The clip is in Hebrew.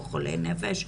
או חולי נפש,